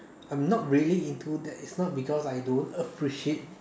I am not really into that is not because I don't appreciate